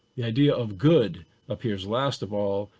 the idea of good appears last of all,